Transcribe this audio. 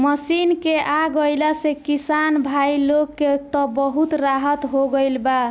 machine के आ गईला से किसान भाई लोग के त बहुत राहत हो गईल बा